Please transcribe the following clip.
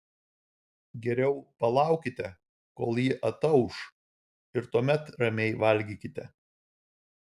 geriau palaukite kol ji atauš ir tuomet ramiai valgykite